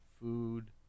food